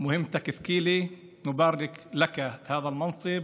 המשימה שלך כבדת משקל.